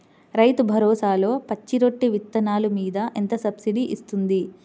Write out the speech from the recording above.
రైతు భరోసాలో పచ్చి రొట్టె విత్తనాలు మీద ఎంత సబ్సిడీ ఇస్తుంది?